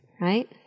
Right